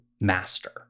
master